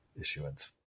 issuance